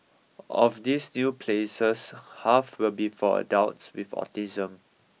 of these new places half will be for adults with autism